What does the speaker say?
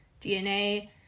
DNA